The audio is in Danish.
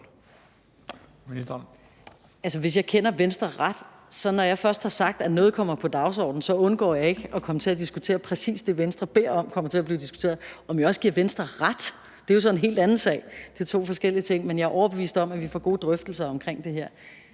Hvis jeg kender Venstre ret, så undgår jeg ikke, når jeg først har sagt, at noget kommer på dagsordenen, at komme til at diskutere præcis det, Venstre beder om kommer til at blive diskuteret. Om jeg også giver Venstre ret, er jo så en helt anden sag. Det er to forskellige ting. Men jeg er overbevist om, at vi får gode drøftelser om det her.